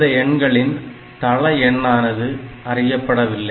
இந்த எண்களின் தள எண்ணானது அறியப்படவில்லை